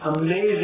amazing